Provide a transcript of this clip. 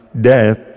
death